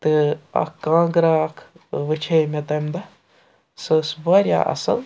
تہٕ اکھ کانٛگرا اَکھ وٕچھے مےٚ تمہِ دۄہ سۄ ٲسۍ واریاہ اَصٕل